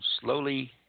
Slowly